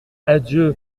adieu